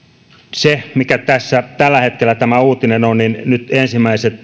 se mikä tässä tällä hetkellä on uutinen on että nyt ensimmäiset